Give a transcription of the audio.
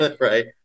right